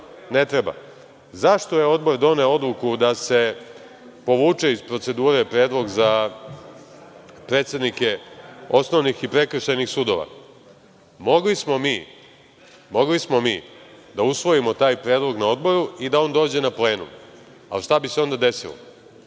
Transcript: ne treba.Zašto je Odbor doneo odluku da se povuče iz procedure Predlog za predsednike Osnovnih i Prekršajnih sudova. Mogli smo mi da usvojimo taj Predlog na Odboru i da on dođe na plenum, ali šta bi se onda desilo.